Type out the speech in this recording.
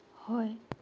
ꯍꯣꯏ